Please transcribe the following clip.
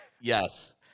yes